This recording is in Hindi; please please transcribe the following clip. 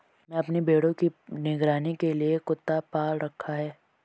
मैंने अपने भेड़ों की निगरानी के लिए कुत्ता पाल रखा है